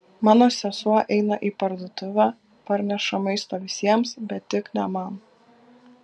mano sesuo eina į parduotuvę parneša maisto visiems bet tik ne man